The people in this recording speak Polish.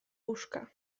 łóżka